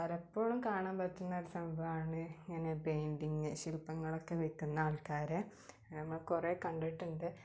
പലപ്പോളും കാണാമ്പറ്റുന്നൊരു സംഭവമാണ് ഇങ്ങനെ പെയ്ന്റിങ്ങ് ശിൽപ്പങ്ങളക്കെ വിൽക്കുന്ന ആൾക്കാർ നമ്മൾ കുറെ കണ്ടിട്ടുണ്ട്